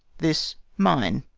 this, mine